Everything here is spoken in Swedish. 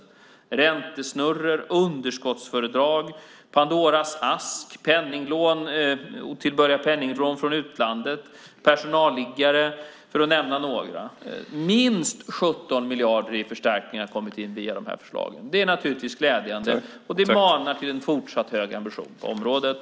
Vi har lagt fram förslag om räntesnurror, underskottsföretag, Pandoras ask, otillbörliga penninglån från utlandet och personalliggare, för att nämna några. Minst 17 miljarder i förstärkningar har kommit in via de här förslagen. Det är naturligtvis glädjande, och det manar till en fortsatt hög ambition på området.